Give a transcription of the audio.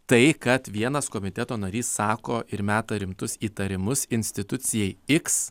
tai kad vienas komiteto narys sako ir meta rimtus įtarimus institucijai x